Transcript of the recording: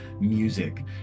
music